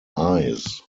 eyes